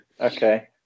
Okay